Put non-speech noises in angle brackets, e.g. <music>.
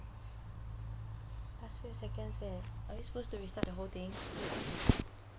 last few seconds eh are we supposed to restart the whole thing <noise>